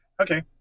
Okay